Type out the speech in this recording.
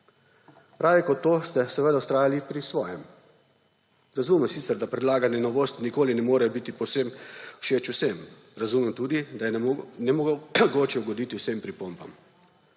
Raje kot to, ste vztrajali pri svojem. Razumem sicer, da predlagane novosti nikoli ne morejo biti povsem všeč vsem. Razumem tudi, da je nemogoče ugoditi vsem pripombam.